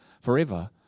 forever